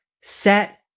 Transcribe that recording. set